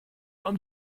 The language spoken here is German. haben